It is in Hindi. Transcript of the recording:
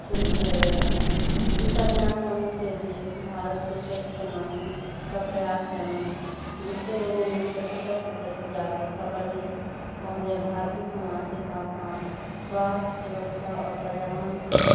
शुरू किया गया था इस अभियान का मुख्य उद्देश्य भारत को स्वच्छ बनाने का प्रयास करना है जिससे लोगों में स्वच्छता के प्रति जागरूकता बढे और यह भारतीय समाज के साथ साथ स्वास्थ्य सुरक्षा और पर्यावरण की